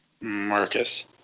Marcus